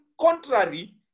contrary